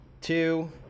two